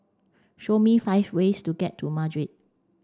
show me five ways to get to Madrid